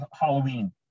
Halloween